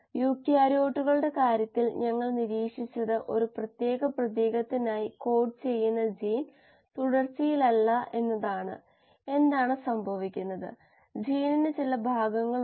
അതിനാൽ വളർച്ചാ നിരക്ക് ഒരു ബയോളജിക്കൽ പാരാമീറ്റർ നിയന്ത്രിക്കാൻ ഫ്ലോ റേറ്റ് ഉപയോഗിക്കാം അതാണ് ഇവിടെ പ്രാധാന്യം